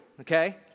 Okay